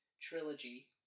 trilogy